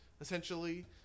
essentially